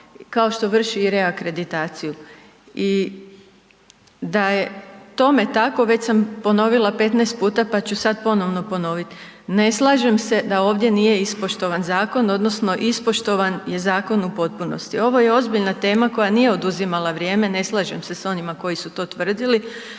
kao što vrši i reakreditaciju. I da je tome tako, već sam ponovila 15 puta pa ću sad ponovno ponoviti. Ne slažem se da ovdje nije ispoštovan zakon, odnosno ispoštovan je zakon u potpunosti. Ovo je ozbiljna tema koja nije oduzimala vrijeme, ne slažem se s onima koji su to tvrdili